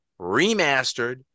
remastered